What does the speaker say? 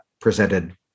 presented